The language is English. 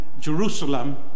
Jerusalem